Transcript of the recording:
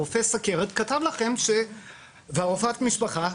רופא הסכרת ורופאת המשפחה,